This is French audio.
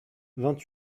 vingt